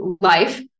life